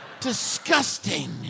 disgusting